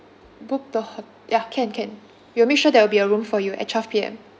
book the ho~ ya can can we'll make sure there'll be a room for you at twelve P_M